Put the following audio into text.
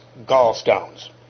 gallstones